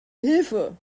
hilfe